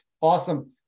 awesome